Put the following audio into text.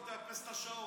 קודם כול תאפס את השעון.